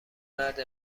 مرد